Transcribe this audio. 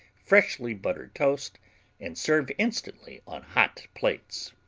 freshly buttered toast and serve instantly on hot plates.